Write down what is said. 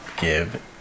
give